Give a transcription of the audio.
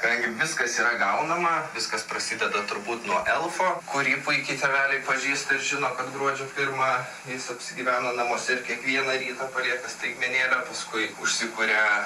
kadangi viskas yra gaunama viskas prasideda turbūt nuo elfo kurį puikiai tėveliai pažįsta ir žino kad gruodžio pirmą jis apsigyvena namuose ir kiekvieną rytą palieka staigmenėlę paskui užsikuria